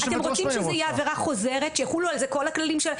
האם אתם רוצים שזה יהיה עבירה חוזרת ושיחולו על זה כל הכללים?